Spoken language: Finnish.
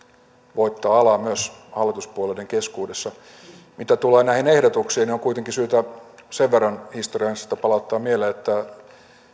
voittaa alaa myös hallituspuolueiden keskuudessa mitä tulee näihin ehdotuksiin niin on kuitenkin syytä sen verran historiaa ensin palauttaa mieleen että